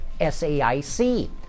SAIC